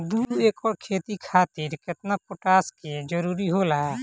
दु एकड़ खेती खातिर केतना पोटाश के जरूरी होला?